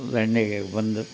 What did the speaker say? ದಂಡೆಗೆ ಬಂದೆವು